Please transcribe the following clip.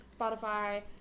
Spotify